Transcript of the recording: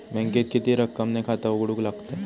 बँकेत किती रक्कम ने खाता उघडूक लागता?